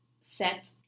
set